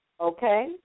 okay